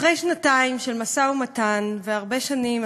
אחרי שנתיים של משא-ומתן והרבה שנים,